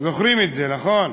זוכרים את זה, נכון?